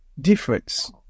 difference